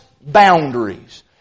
boundaries